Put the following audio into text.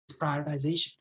prioritization